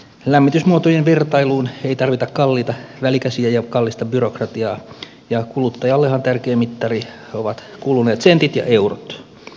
lämmitysmuotojen vertailuun ei tarvita kalliita välikäsiä ja kallista byrokratiaa ja kuluttajallehan tärkein mittari on kuluneet sentit ja eurot